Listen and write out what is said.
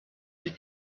die